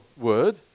word